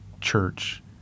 church